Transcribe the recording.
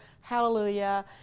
hallelujah